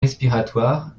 respiratoires